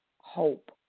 hope